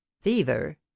fever